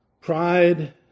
pride